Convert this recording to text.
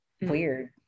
weird